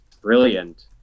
brilliant